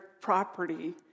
property